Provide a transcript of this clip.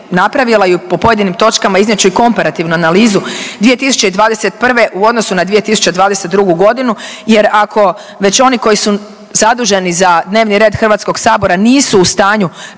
napravila i po pojedinim točkama iznijet ću i komparativnu analizu 2021. u odnosu na 2022. godinu jer ako već oni koji su zaduženi za dnevni red Hrvatskog sabora nisu u stanju